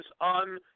on